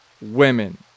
women